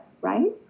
Right